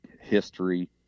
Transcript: history